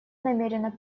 намерена